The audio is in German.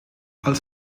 als